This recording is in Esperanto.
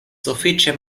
sufiĉe